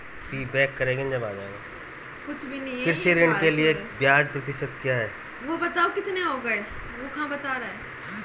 कृषि ऋण के लिए ब्याज प्रतिशत क्या है?